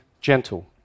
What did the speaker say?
gentle